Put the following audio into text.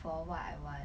for what I want